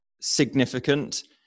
significant